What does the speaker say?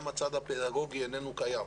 גם הצד הפדגוגי איננו קיים.